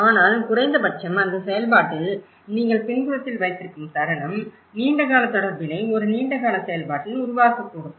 ஆனால் குறைந்த பட்சம் அந்தச் செயல்பாட்டில் நீங்கள் பின்புறத்தில் வைத்திருக்கும் தருணம் நீண்டகால தொடர்பினை ஒரு நீண்டகால செயல்பாட்டில் உருவாகக்கூடும்